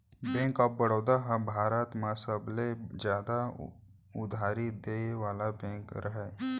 bank of Baroda ह भारत म सबले जादा उधारी देय वाला बेंक हरय